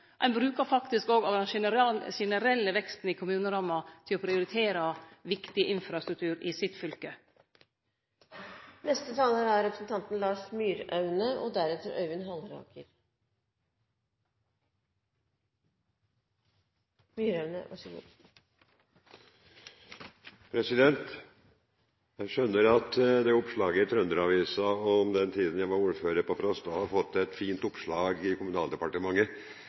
Ein brukar faktisk òg den generelle veksten i kommuneramma til å prioritere viktig infrastruktur i sitt fylke. Jeg skjønner at det oppslaget i Trønder-Avisa om den tiden jeg var ordfører på Frosta, har fått et fint oppslag i Kommunaldepartementet,